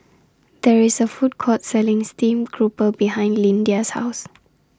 There IS A Food Court Selling Steamed Grouper behind Lyndia's House